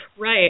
Right